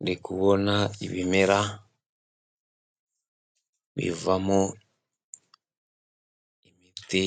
Ndi kubona ibimera bivamo imiti,